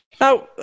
Now